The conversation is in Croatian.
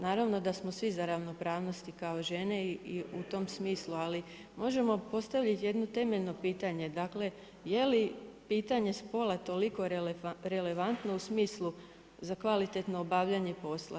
Naravno da smo svi za ravnopravnost kao žene i u tom smislu, ali možemo postaviti jedno temeljno pitanje, dakle, je li pitanje spola toliko relevantno u smislu za kvalitetno obavljanje posla?